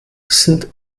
sind